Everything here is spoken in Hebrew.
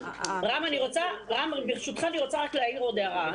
רם, ברשותך, אני רוצה רק להעיר עוד הערה.